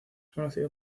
conocido